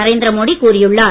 நரேந்திர மோடி கூறியுள்ளார்